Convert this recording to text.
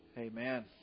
Amen